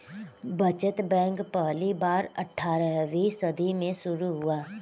बचत बैंक पहली बार अट्ठारहवीं सदी में शुरू हुआ